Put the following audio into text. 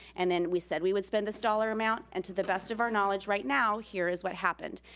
and then we said we would spend this dollar amount, and to the best of our knowledge right now, here is what happened.